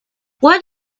what